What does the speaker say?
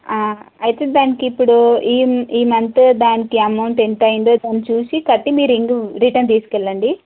అయితే దానికి ఇప్పుడు ఈ ఈ మంత్ దానికి అమౌంట్ ఎంతయిందో దాన్ని చూసి కట్టి మీ రింగ్ రిటర్న్ తీసుకెళ్ళండి